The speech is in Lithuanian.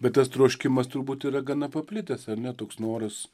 bet tas troškimas turbūt yra gana paplitęs ar ne toks noras